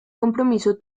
compromiso